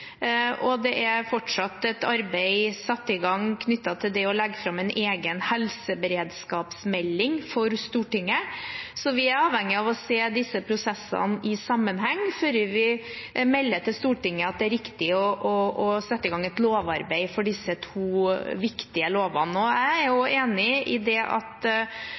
Det er fortsatt et arbeid satt i gang knyttet til det å legge fram en egen helseberedskapsmelding for Stortinget, så vi er avhengig av å se disse prosessene i sammenheng før vi melder til Stortinget at det er riktig å sette i gang et lovarbeid for de to viktige lovene. Jeg er enig i at vi for en langvarig krise kanskje ikke har de riktige mekanismene, uten at